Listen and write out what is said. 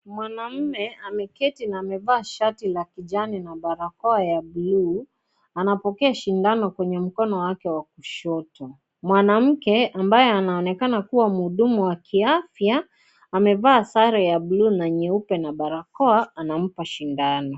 Mwanamme ameketi na amevaa shati la kijani na barakoa ya buluu anapokea shindano kwenye mkono wake wa kushoto, mwanamke ambaye anayeonekana kuwa mhudumu wa kiafya amevaa sare ya buluu na nyeupe na barakoa anampa shindano.